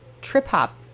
trip-hop